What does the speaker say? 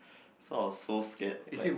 so I was so scared like